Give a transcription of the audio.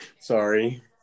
Sorry